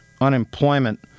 unemployment